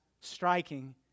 striking